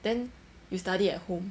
then you study at home